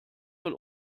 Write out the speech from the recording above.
von